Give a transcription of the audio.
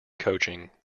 coaching